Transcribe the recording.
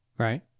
Right